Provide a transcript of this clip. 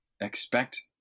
expect